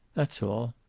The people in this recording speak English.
that's all.